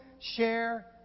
share